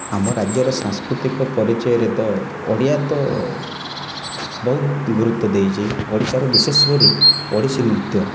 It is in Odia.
ଆମ ରାଜ୍ୟରେ ସାଂସ୍କୃତିକ ପରିଚୟରେ ତ ଓଡ଼ିଆ ତ ବହୁତ ଗୁରୁତ୍ୱ ଦେଇଛି ଓଡ଼ିଶାର ବିଶେଷ କରି ଓଡ଼ିଶୀ ନୃତ୍ୟ